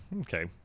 Okay